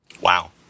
Wow